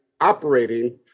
operating